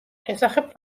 შესახებ